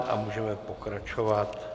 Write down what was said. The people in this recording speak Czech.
A můžeme pokračovat.